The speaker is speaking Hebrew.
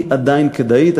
היא עדיין כדאית.